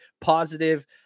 positive